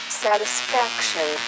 satisfaction